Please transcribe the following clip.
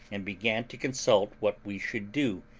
and began to consult what we should do,